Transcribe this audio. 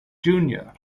junior